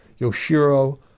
Yoshiro